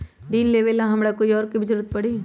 ऋन लेबेला हमरा कोई और के भी जरूरत परी?